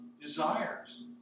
desires